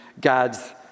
God's